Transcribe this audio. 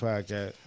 Podcast